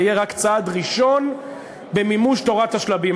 תהיה רק צעד ראשון במימוש תורת השלבים.